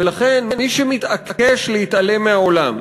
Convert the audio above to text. ולכן מי שמתעקש להתעלם מהעולם,